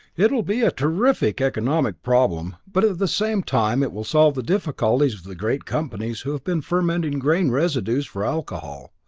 it will be a terrific economic problem, but at the same time it will solve the difficulties of the great companies who have been fermenting grain residues for alcohol.